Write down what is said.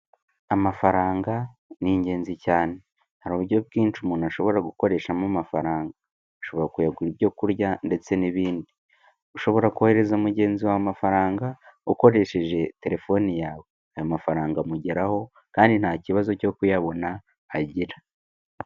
Amafaranga ni ingenzi cyane, hari uburyo bwinshi umuntu ashobora gukoreshamo amafaranga, ushobora kuyagura ibyo kurya ndetse n'ibindi, ushobora kohereza mugenzi wawe amafaranga ukoresheje telefoni yawe, aya mafaranga amugeraho kandi nta kibazo cyo kuyabona agira.